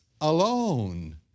alone